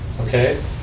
Okay